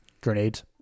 grenades